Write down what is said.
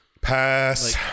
Pass